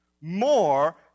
more